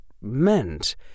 meant